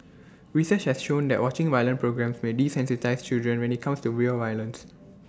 research has shown that watching violent programmes may desensitise children when IT comes to real violence